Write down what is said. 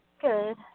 Good